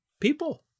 people